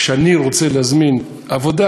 כשאני רוצה להזמין עבודה,